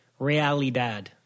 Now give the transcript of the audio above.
realidad